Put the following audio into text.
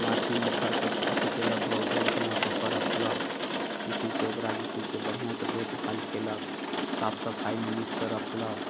माछी मच्छर से अथि कयलक घर ओर धुआँ कऽके रखलक जे छै से ओकरा जे छै से बढ़िआँ से देखभाल कयलक साफ सफाइमे नीकसँ रखलक